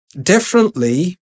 differently